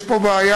יש פה בעיה.